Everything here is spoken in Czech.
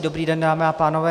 Dobrý den, dámy a pánové.